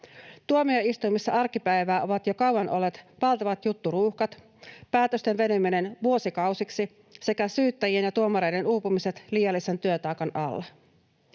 Tuomioistuimissa arkipäivää ovat jo kauan olleet valtavat jutturuuhkat, päätösten venyminen vuosikausiksi sekä syyttäjien ja tuomareiden uupumiset liiallisen työtaakan alla.